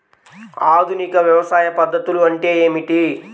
ఆధునిక వ్యవసాయ పద్ధతులు ఏమిటి?